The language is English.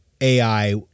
AI